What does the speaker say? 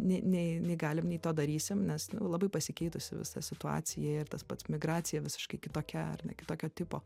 nei nei nei galim nei to darysim nes nu labai pasikeitusi visa situacija ir tas pats migracija visiškai kitokia ar ne kitokio tipo